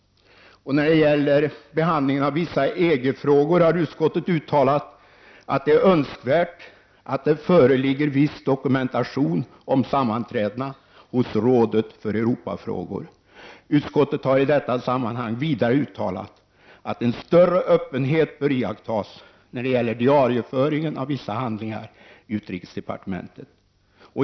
Vad gäller behandlingen av vissa EG-frågor har utskottet uttalat att det är Önskvärt att det föreligger viss dokumentation om sammanträdena hos rådet för Europafrågor. Utskottet har i detta sammanhang vidare uttalat att en större öppenhet bör iakttas när det gäller diarieföringen av vissa handlingar i utrikesdepartementet.